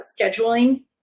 scheduling